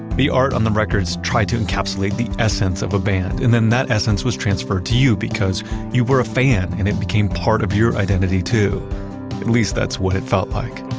the art on the records tried to encapsulate the essence of a band and then that essence was transferred to you because you were a fan, and it became part of your identity too. at least that's what it felt like.